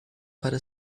para